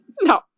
No